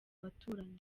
baturanyi